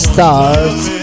Stars